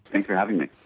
thanks for having me.